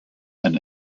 and